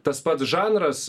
tas pats žanras